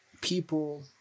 people